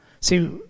see